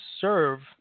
serve